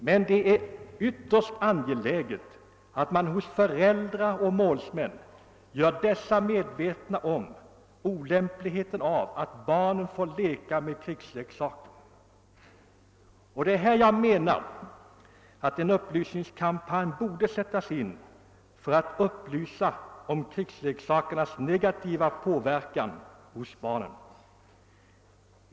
Men det är ytterst angeläget att man gör föräldrar och målsmän medvetna om olämpligheten av att barnen får leka med krigsleksaker. Jag menar att en upplysningskampanj borde sättas in för att sprida kännedom om krigsleksakernas negativa påverkan på barnen.